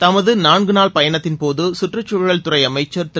தமது நான்கு நாள் பயணத்தின்போது சுற்றுக்தழல் துறை அமைச்சர் திரு